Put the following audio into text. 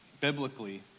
biblically